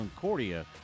Concordia